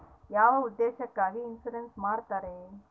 ಯಾವ ಉದ್ದೇಶಕ್ಕಾಗಿ ಇನ್ಸುರೆನ್ಸ್ ಮಾಡ್ತಾರೆ?